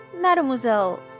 Mademoiselle